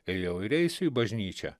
ėjau ir eisiu į bažnyčią